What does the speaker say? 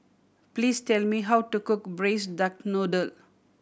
please tell me how to cook Braised Duck Noodle